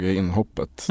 inhoppet